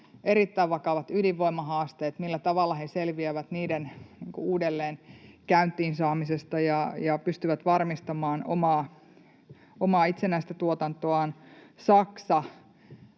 erittäin vakavat ydinvoimahaasteet — millä tavalla he selviävät niiden uudelleen käyntiin saamisesta ja pystyvät varmistamaan omaa itsenäistä tuotantoaan. Saksa: